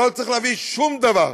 לא צריך להביא שום דבר,